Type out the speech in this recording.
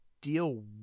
deal